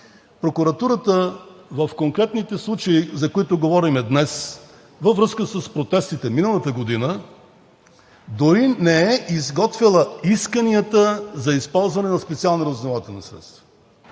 Прокуратурата в конкретните случаи, за които говорим днес, във връзка с протестите миналата година, дори не е изготвила исканията за използване на специални разузнавателни средства.